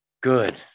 good